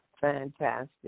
fantastic